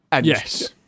Yes